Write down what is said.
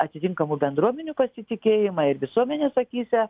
iatitinkamų bendruomenių pasitikėjimą ir visuomenės akyse